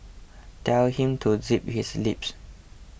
tell him to zip his lips